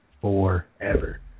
forever